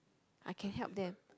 I can help them